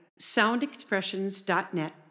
soundexpressions.net